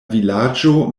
vilaĝo